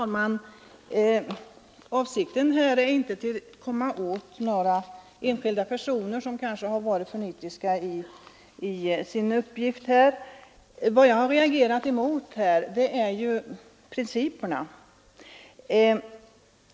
Om en översyn av Herr talman! Min avsikt är inte att komma åt några enskilda personer den militära utbild som kanske varit för nitiska när de utfört sina uppgifter. Vad jag har ningen i vad avser tillgångatagning reagerat mot är principerna.